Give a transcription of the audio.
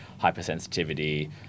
hypersensitivity